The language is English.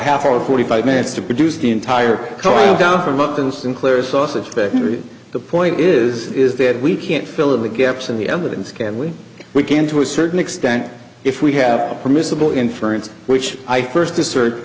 half hour forty five minutes to produce the entire trial down from upton sinclair's sausage factory the point is is that we can't fill in the gaps in the evidence can we we can to a certain extent if we have a permissible inference which i first assert